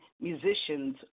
musicians